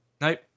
Nope